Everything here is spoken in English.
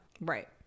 Right